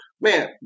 man